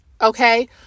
Okay